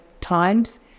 times